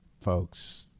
folks